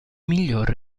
miglior